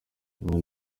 rimwe